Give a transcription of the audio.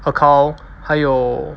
accounts 还有